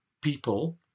people